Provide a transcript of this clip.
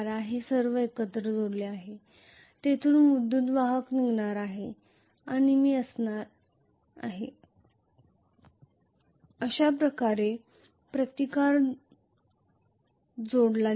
हे सर्व एकत्र जोडलेले आहे येथून विद्युत् प्रवाह निघणार आहे आणि असणार आहे अशाप्रकारे प्रतिकार जोडला गेला